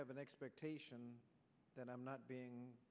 have an expectation that i'm not being